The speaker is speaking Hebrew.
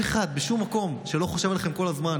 אף אחד בשום מקום שלא חושב עליכם כל הזמן.